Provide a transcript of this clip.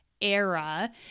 era